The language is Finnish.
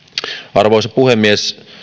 arvoisa puhemies